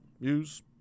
use